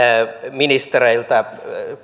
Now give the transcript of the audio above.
ministereiltä